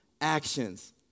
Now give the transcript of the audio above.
actions